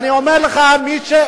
לא נכון.